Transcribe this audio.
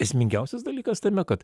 esmingiausias dalykas tame kad